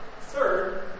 Third